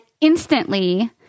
instantly